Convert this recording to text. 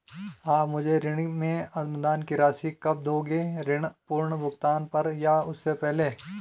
आप मुझे ऋण में अनुदान की राशि कब दोगे ऋण पूर्ण भुगतान पर या उससे पहले?